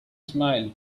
smiled